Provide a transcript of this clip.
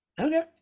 Okay